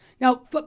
Now